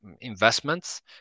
investments